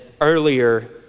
earlier